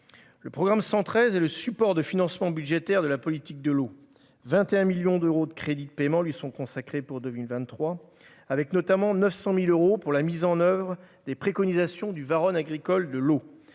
Le programme 113 est le support de financement budgétaire de la politique de l'eau : 21 millions d'euros de crédits de paiement lui sont consacrés pour 2023, avec notamment 900 000 euros pour la mise en oeuvre des préconisations du Varenne agricole de l'eau.